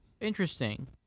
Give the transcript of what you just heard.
interesting